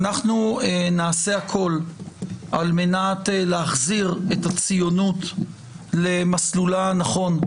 ואנחנו נעשה הכול על מנת להחזיר את הציונות למסלולה הנכון,